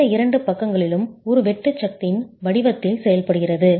இந்த இரண்டு பக்கங்களிலும் ஒரு வெட்டு சக்தியின் வடிவத்தில் செயல்படுகிறது